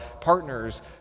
Partners